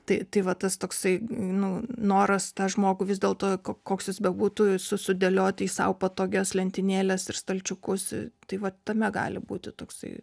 tai tai va tas toksai nu noras tą koks jis bebūtų su sudėlioti į sau patogias lentynėles ir stalčiukus tai va tame gali būti toksai